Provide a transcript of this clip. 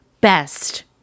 best